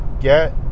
get